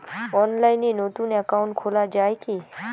অনলাইনে নতুন একাউন্ট খোলা য়ায় কি?